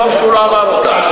טוב שהוא לא אמר אותה.